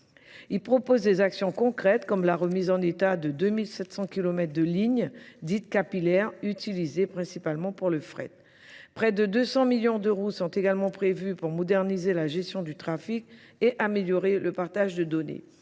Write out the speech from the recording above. Il propose des actions concrètes comme la remise en état de 2 700 km de ligne, dites capillaires, utilisées principalement pour le fret. Près de 200 millions de roues sont également prévues pour moderniser la gestion du trafic et améliorer le partage de données.